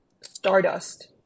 stardust